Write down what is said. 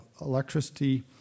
electricity